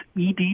ED